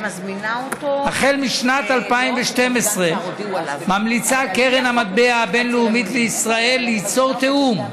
החל משנת 2012 ממליצה קרן המטבע הבין-לאומית לישראל ליצור תיאום,